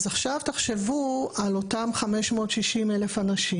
אז עכשיו תחשבו על אותם 560,000 אנשים